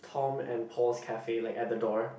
Tom and Paws cafe like at the door